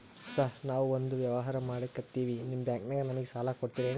Sir ನಾವು ಒಂದು ವ್ಯವಹಾರ ಮಾಡಕ್ತಿವಿ ನಿಮ್ಮ ಬ್ಯಾಂಕನಾಗ ನಮಿಗೆ ಸಾಲ ಕೊಡ್ತಿರೇನ್ರಿ?